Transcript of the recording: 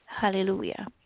Hallelujah